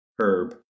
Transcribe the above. Herb